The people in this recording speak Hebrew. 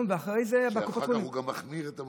שאחר כך הוא גם מחמיר את המצב.